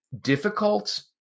difficult